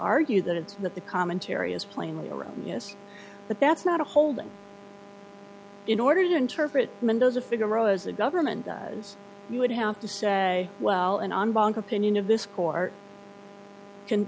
argue that it's that the commentary is plainly around us but that's not a holding in order to interpret mendoza figaro as the government guys you would have to say well and on bank opinion of this court can